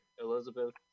Elizabeth